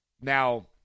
Now